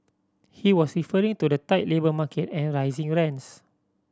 he was referring to the tight labour market and rising rents